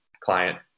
client